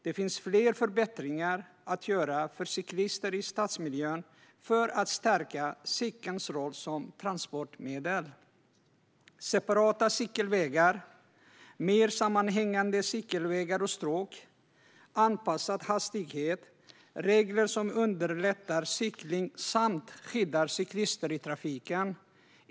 Det finns fler förbättringar att göra för cyklister i stadsmiljön för att stärka cykelns roll som transportmedel: separata cykelvägar, mer sammanhängande cykelvägar och stråk, anpassad hastighet, regler som underlättar cykling samt skyddar cyklister i trafiken.